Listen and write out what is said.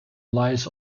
lies